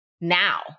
now